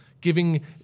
giving